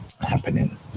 happening